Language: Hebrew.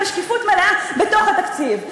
בשקיפות מלאה בתוך התקציב,